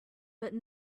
but